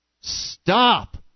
Stop